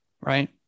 right